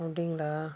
அப்படிங்களா